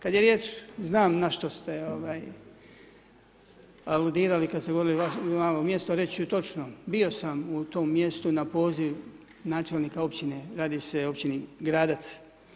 Kad je riječ, znam na što ste ovaj aludirali, kad ste govorili o malom mjestu, reći ću točno, bio sam u tom mjestu na poziv načelnika općina, radi se o općini Gradac.